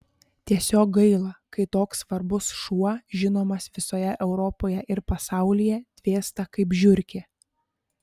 tiesiog gaila kai toks svarbus šuo žinomas visoje europoje ir pasaulyje dvėsta kaip žiurkė